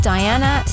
Diana